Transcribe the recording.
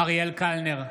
אריאל קלנר,